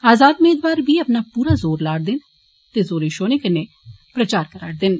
आजाद मेदवार बी अपना पूरा जोर ला'रदे न ते जोरें शोरें कन्नै प्रचार करा'रदे न